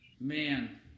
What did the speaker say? Man